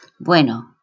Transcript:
Bueno